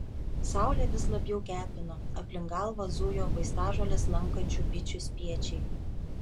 saulė vis labiau kepino aplink galvą zujo vaistažoles lankančių bičių spiečiai